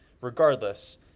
regardless